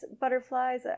butterflies